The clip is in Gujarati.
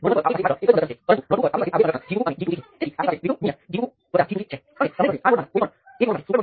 તેથી આપણી પાસે ત્રણ સમીકરણો છે પરંતુ આપણી પાસે આ વધારાનો અજ્ઞાત છે જે Ix છે અને પ્રાથમિક ચલો હું નોડલ વિશ્લેષણમાં નોડ વોલ્ટેજનો ઉપયોગ કરવા માંગુ છું